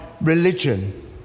religion